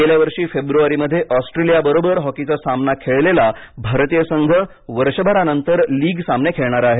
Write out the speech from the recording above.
गेल्या वर्षी फेब्रुवारीमध्ये ऑस्ट्रेलियाबरोबर हॉकीचा सामना खेळलेला भारतीय संघ वर्षभरानंतर लीग सामने खेळणार आहे